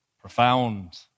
profound